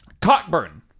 Cockburn